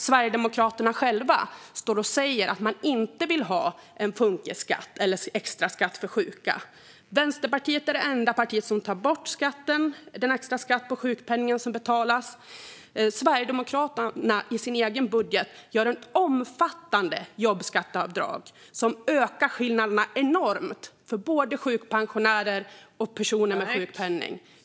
Sverigedemokraterna själva står och säger att de inte vill ha en funkisskatt, alltså en extraskatt för sjuka. Vänsterpartiet är det enda parti som vill ta bort den extra skatt på sjukpenningen som betalas. Sverigedemokraterna gör i sin egen budget ett omfattande jobbskatteavdrag som ökar skillnaderna enormt för både sjukpensionärer och personer med sjukpenning.